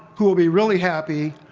who will be really happy,